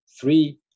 three